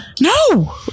No